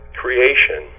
creation